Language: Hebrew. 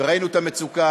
וראינו את המצוקה.